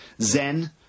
Zen